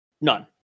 None